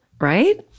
right